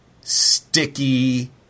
sticky